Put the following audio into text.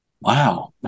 wow